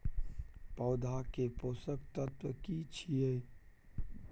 पौधा के पोषक तत्व की छिये?